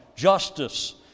Justice